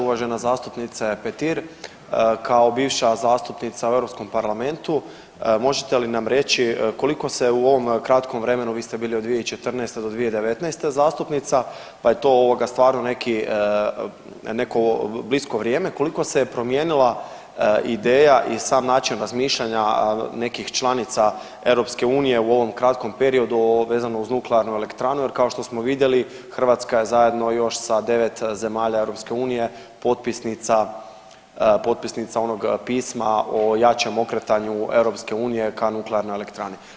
Uvažena zastupnice Petir, kao bivša zastupnica u Europskom parlamentu možete li nam reći koliko se u ovom kratkom vremenu, vi ste bili od 2014. do 2019. zastupnica, pa je to ovoga stvarno neko blisko vrijeme, koliko se je promijenila ideja i sam način razmišljanja nekih članica EU u ovom kratkom periodu ovo vezano uz nuklearnu elektranu jer kao što smo vidjeli Hrvatska je zajedno još sa 9 zemalja EU potpisnica, potpisnica onog pisma o jačem okretanju EU ka nuklearnoj elektrani.